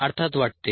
अर्थात वाटते